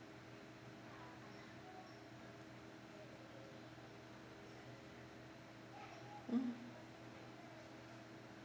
mm